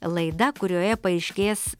laida kurioje paaiškės